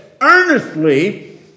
earnestly